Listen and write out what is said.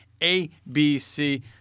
ABC